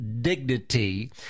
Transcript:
dignity